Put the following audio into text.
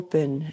Open